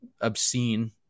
obscene